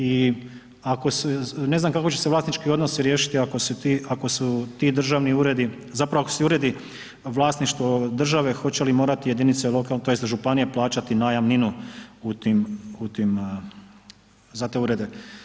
I ako se, ne znam kako će se vlasnički odnosi riješiti ako su ti državni uredi, zapravo ako su uredi vlasništvo države hoće li morati jedinice lokalne, tj. županije plaćati najamninu u tim, za te urede.